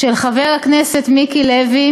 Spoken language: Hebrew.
של חבר הכנסת מיקי לוי,